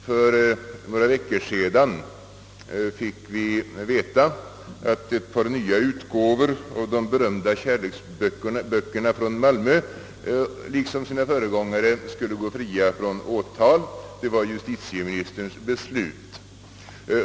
För några veckor sedan fick vi veta att ett par nya utgåvor av de berömda <kärleksböckerna från Malmö liksom sina föregångare skulle gå fria från åtal — det var justitieministerns beslut.